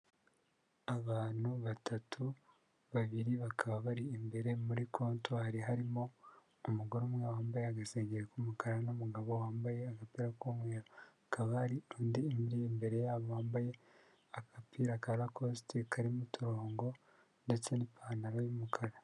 Abantu batatu, babiri bakaba bari imbere muri kontwari harimo umugore umwe wambaye agase k'umukara n'umugabo wambaye agapira k'umweru, hakaba hari undi uri imbere yabo wambaye agapira ka rakositi, karimo uturongo ndetse n'ipantaro y'umukara.